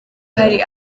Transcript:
hari